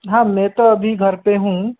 हाँ मैं तो अभी घर पे हूँ